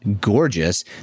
gorgeous